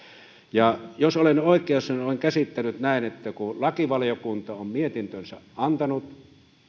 jos olen oikeassa olen käsittänyt näin että kun lakivaliokunta on mietintönsä antanut